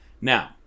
Now